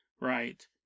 right